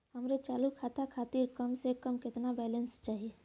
हमरे चालू खाता खातिर कम से कम केतना बैलैंस चाही?